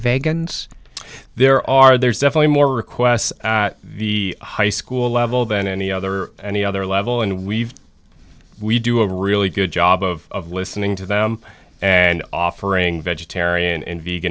vegans there are there's definitely more requests at the high school level than any other any other level and we've we do a really good job of listening to them and offering vegetarian